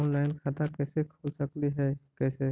Online खाता कैसे खोल सकली हे कैसे?